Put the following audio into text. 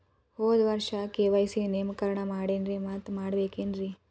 ಹೋದ ವರ್ಷ ಕೆ.ವೈ.ಸಿ ನವೇಕರಣ ಮಾಡೇನ್ರಿ ಮತ್ತ ಮಾಡ್ಬೇಕೇನ್ರಿ?